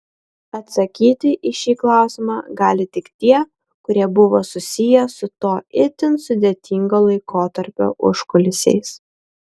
atsakyti į šį klausimą gali tik tie kurie buvo susiję su to itin sudėtingo laikotarpio užkulisiais